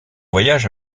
voyage